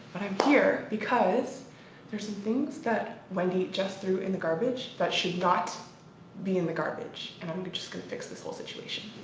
but i'm here because there's some things that wendy just threw in the garbage, that should not be in the garbage and i'm just gonna fix this whole situation.